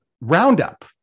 Roundup